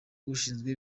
ushinzwe